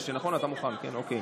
בסדר-היום: